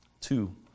Two